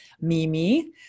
Mimi